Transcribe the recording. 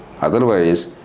Otherwise